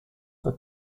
for